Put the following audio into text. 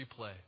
replay